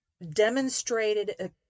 demonstrated